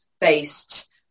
based